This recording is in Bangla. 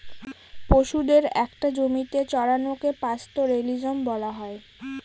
পশুদের একটা জমিতে চড়ানোকে পাস্তোরেলিজম বলা হয়